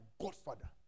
Godfather